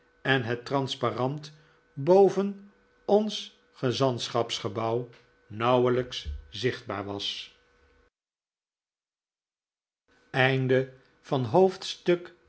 en het transparant boven ons gezantschapsgebouw nauwelijks zichtbaar was